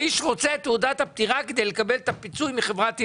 האיש רוצה את תעודת הפטירה כדי לקבל את הפיצוי מחברת ענבל.